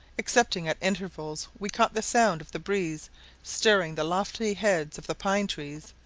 excepting at intervals we caught the sound of the breeze stirring the lofty heads of the pine-trees,